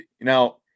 now